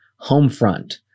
Homefront